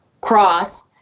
Cross